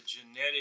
genetic